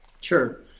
Sure